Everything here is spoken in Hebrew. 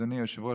אדוני היושב-ראש,